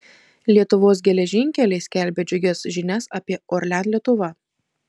lietuvos geležinkeliai skelbia džiugias žinias apie orlen lietuva